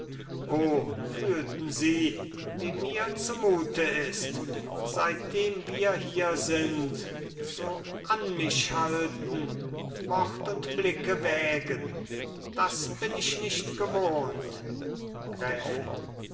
fühlten sie wie mir zumute ist seitdem wir hier sind so an mich halten wort und blicke wägen das bin ich nicht gewohnt gräfin